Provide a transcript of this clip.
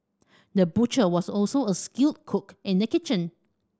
the butcher was also a skilled cook in the kitchen